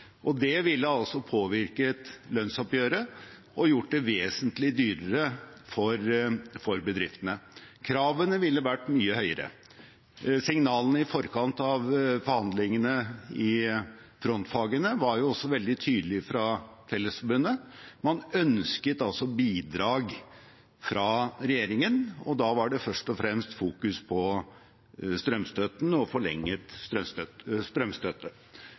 Det ville påvirket lønnsoppgjøret og gjort det vesentlig dyrere for bedriftene. Kravene ville vært mye høyere. Signalene fra Fellesforbundet i forkant av forhandlingene i frontfagene var også veldig tydelig. Man ønsket bidrag fra regjeringen, og da var det først og fremst fokus på strømstøtten og forlenget strømstøtte.